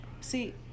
See